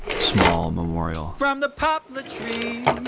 small memorial from the poplar trees